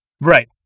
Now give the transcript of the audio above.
Right